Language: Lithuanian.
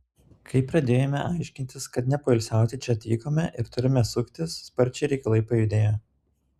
kai pradėjome aiškintis kad nepoilsiauti čia atvykome ir turime suktis sparčiai reikalai pajudėjo